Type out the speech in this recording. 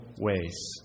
ways